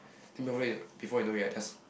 before I know it I just